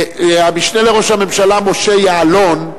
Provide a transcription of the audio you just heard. המשנה לראש הממשלה משה יעלון,